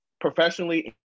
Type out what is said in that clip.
professionally